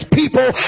people